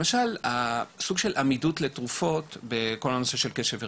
למשל, עמידות לתרופות בכל הנושא של קשב וריכוז,